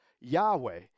Yahweh